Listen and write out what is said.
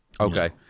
Okay